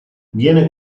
viene